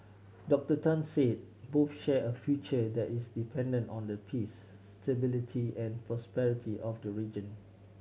Doctor Tan said both share a future that is dependent on the peace stability and prosperity of the region